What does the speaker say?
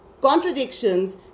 contradictions